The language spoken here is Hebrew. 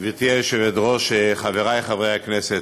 היושבת-ראש, חברי חברי הכנסת,